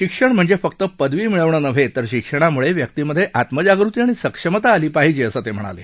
शिक्षण म्हणजे फक्त पदवी मिळवणं नव्हे तर शिक्षणामुळे व्यक्तीमधे आत्मजागृती आणि सक्षमता आली पाहिजे असं ते म्हणाले